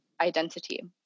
identity